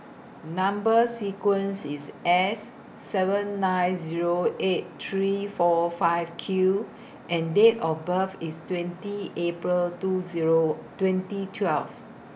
Number sequence IS S seven nine Zero eight three four five Q and Date of birth IS twenty April two Zero twenty twelve